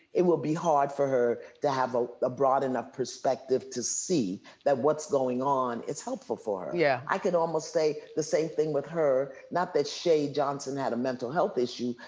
it will be hard for her to have ah a broad enough perspective to see that what's going on. it's helpful for her. yeah i could almost say the same thing with her, not that shay johnson had a mental health issue,